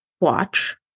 watch